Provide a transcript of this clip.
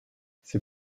ses